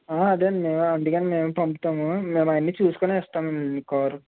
అదే అందుకనే మేము పంపుతాము మేము అవన్నీ చూసుకునే ఇస్తాము అండి మీకు కారు